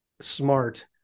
smart